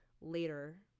later